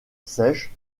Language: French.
sèches